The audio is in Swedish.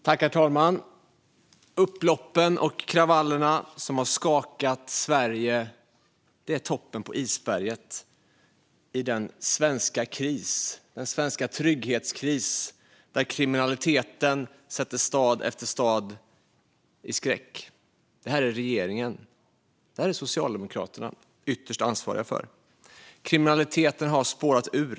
Herr talman! De upplopp och kravaller som skakat Sverige är toppen av ett isberg i den svenska trygghetskris där kriminaliteten sätter stad efter stad i skräck. Detta är regeringen och Socialdemokraterna ytterst ansvariga för. Kriminaliteten har spårat ur.